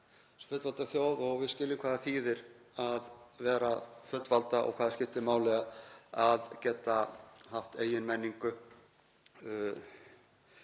sem fullvalda þjóð og við skiljum hvað það þýðir að vera fullvalda og hvað það skiptir máli að geta haft eigin menningu